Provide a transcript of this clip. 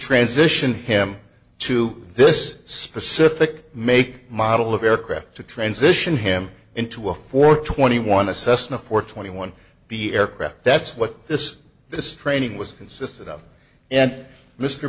transition him to this specific make model of aircraft to transition him into a four hundred and twenty one a cessna for twenty one b aircraft that's what this this training was consisted of and mr